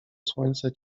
słońce